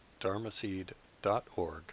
dharmaseed.org